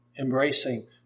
Embracing